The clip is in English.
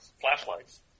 flashlights